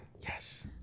Yes